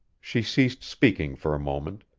she ceased speaking for a moment,